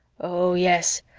oh, yes,